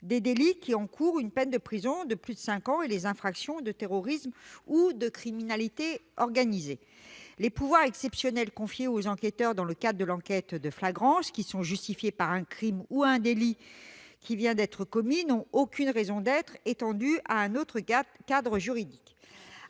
des délits qui encourent une peine de prison de plus de cinq ans et les infractions de terrorisme ou de criminalité organisée. Les pouvoirs exceptionnels confiés aux enquêteurs dans le cadre de l'enquête de flagrance, qui sont justifiés par un crime ou un délit qui vient d'être commis, n'ont aucune raison d'être étendus à un autre cadre juridique.